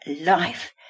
life